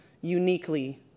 uniquely